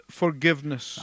forgiveness